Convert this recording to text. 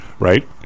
Right